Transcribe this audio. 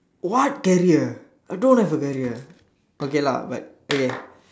what career I don't have a career